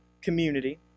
community